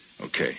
Okay